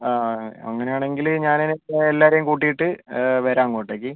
ആ അങ്ങനെയാണെങ്കിൽ ഞാൻ എല്ലാരേം കൂട്ടീട്ട് വരാം അങ്ങോട്ടേക്ക്